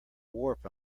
warp